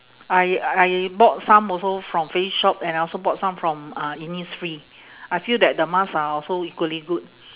I I bought some also from face shop and I also bought some from uh innisfree I feel that the mask are also equally good